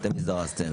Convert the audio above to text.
ואתם הזדרזתם,